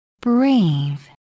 Brave